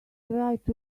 right